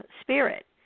spirit